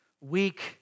weak